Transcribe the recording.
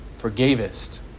forgavest